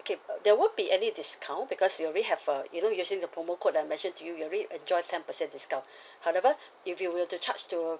okay there won't be any discount because you already have uh you know using the promo code that I mentioned to you you already enjoy ten percent discount however if you will to charge to